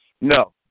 no